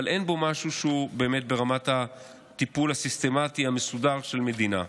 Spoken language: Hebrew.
אבל אין בו משהו שהוא באמת ברמת הטיפול הסיסטמטי המסודר של מדינה.